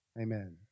Amen